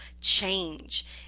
change